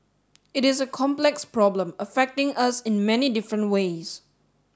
it is a complex problem affecting us in many different ways